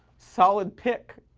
solid pick.